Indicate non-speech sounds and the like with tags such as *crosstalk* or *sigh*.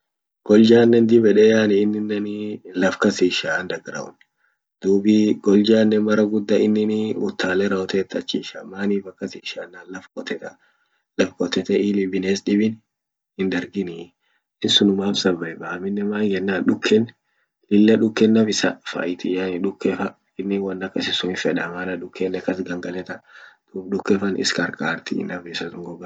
Goljanen dib yeede yani innineni laf kas ishaa underground. duubi goljanen mara gudda innini uttale rawotet *unintelligible* manif akas isha yenan laf qoteta laf qotete ili bines dibin hindargini in sunuman survive vaa aminen man yenan duqeen lilla duqen naf isa faitii yani duqqefa innin won akasi sun hinfedaa maana duqenen kas gangaleta dub duqefan is qar qartii naf isa sun goga isa sun.